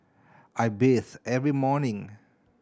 I bathe every morning